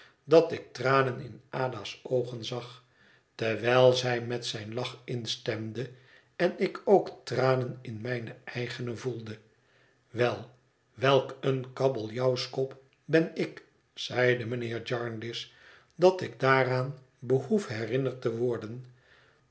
dat ik tranen in ada's oogen zag terwijl zij met zijn lach instemde en ik ook tranen in mijne eigene voelde wel welk een kabeljauwskop ben ik zeide mijnheer jarndyce dat ik daaraan behoef herinnerd te worden